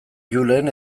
julen